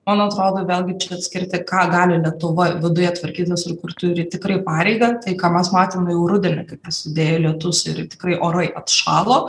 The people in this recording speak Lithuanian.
man atrodo vėlgi čia atskirti ką gali lietuva viduje tvarkytis ir kur turi tikrai pareigą tai ką mes matėme jau rudenį kai prasidėjo lietus ir tikrai orai atšalo